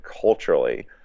culturally